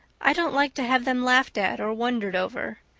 i don't like to have them laughed at or wondered over.